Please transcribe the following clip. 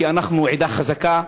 כי אנחנו עדה חזקה,